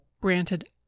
Granted